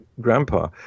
grandpa